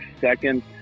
second